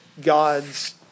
God's